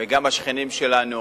וגם השכנים שלנו